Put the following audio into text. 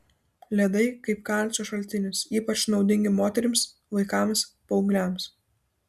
ledai kaip kalcio šaltinis ypač naudingi moterims vaikams paaugliams